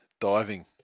diving